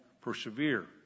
persevere